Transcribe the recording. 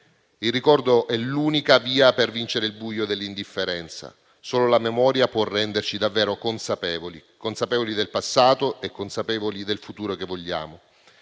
Il ricordo è l'unica via per vincere il buio dell'indifferenza. Solo la memoria può renderci davvero consapevoli del passato e del futuro che vogliamo.